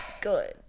good